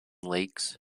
lakes